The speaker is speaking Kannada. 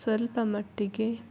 ಸ್ವಲ್ಪ ಮಟ್ಟಿಗೆ